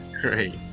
Great